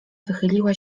wychyliła